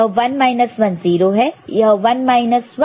यह 1 1 0 है यह 1 1 1 है